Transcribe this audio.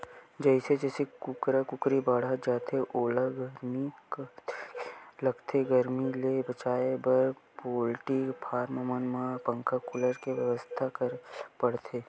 जइसे जइसे कुकरा कुकरी बाड़हत जाथे ओला गरमी काहेच के लगथे गरमी ले बचाए बर पोल्टी फारम मन म पंखा कूलर के बेवस्था करे ल होथे